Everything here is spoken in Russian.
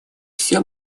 все